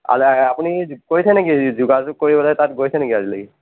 আপুনি কৰিছে নিকি যোগাযোগ কৰিবলৈ তাত গৈছে নিকি আজিলৈকে